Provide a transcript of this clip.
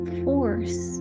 force